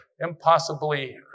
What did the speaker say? impossibly